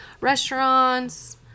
restaurants